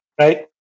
right